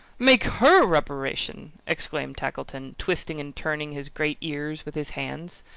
make her reparation! exclaimed tackleton, twisting and turning his great ears with his hands.